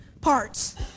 parts